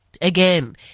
Again